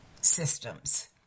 systems